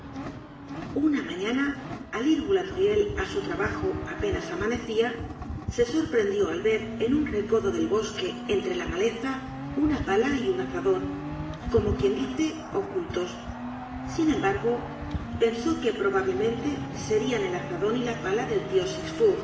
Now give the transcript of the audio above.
una mañana al ir boulatruelle á su trabajo apenas amanecia se sorprendió al ver en un recodo del bosque entre la maleza una pala y un azadon como quien dice ocultos sin embargo pensó que probablemente serian el azadon y la pala del tio